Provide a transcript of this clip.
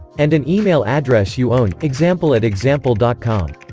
and an email address you own example at example dot com